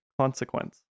consequence